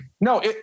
no